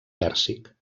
pèrsic